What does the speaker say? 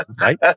right